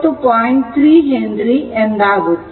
3 Henry ಎಂದಾಗುತ್ತದೆ